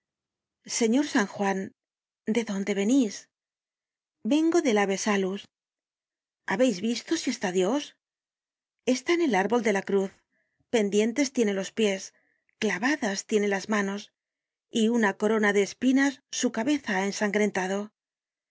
señor san juan de dónde venis vengo del ave sahts habeis visto si está dios está en el árbol de la cruz pendientes tiene los pies clavadas tiene las manos y una corona de espinas su cabeza ha ensangrentado